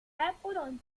halbbruder